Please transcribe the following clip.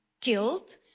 killed